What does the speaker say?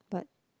but